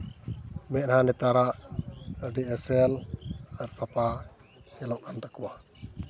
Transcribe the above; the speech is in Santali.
ᱢᱮᱸᱫᱦᱟ ᱱᱮᱛᱟᱨᱟᱜ ᱟᱹᱰᱤ ᱮᱥᱮᱞ ᱟᱨ ᱥᱟᱯᱷᱟ ᱧᱮᱞᱚᱜ ᱠᱟᱱ ᱛᱟᱠᱚᱣᱟ